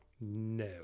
No